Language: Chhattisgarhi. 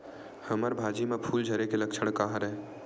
हमर भाजी म फूल झारे के लक्षण का हरय?